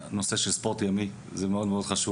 זה מאוד חשוב.